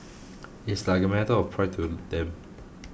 it's like a matter of pride to them